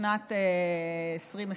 בשנת 2020,